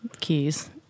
keys